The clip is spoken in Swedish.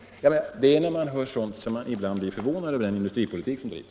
Det är när man hör sådant som man blir förvånad över den industripolitik som bedrivs.